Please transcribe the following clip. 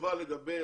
תשובה לגבי